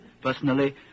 Personally